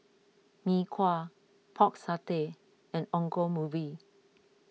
Mee Kuah Pork Satay and Ongol